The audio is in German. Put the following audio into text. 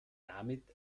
damit